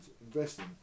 investing